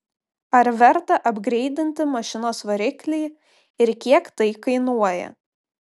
ar verta apgreidinti mašinos variklį ir kiek tai kainuoja